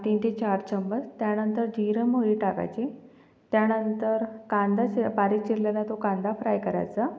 तीन ते चार चम्मच त्यानंतर जिरं मोहरी टाकायची त्यानंतर कांदा स बारीक चिरलेला तो कांदा फ्राय करायचा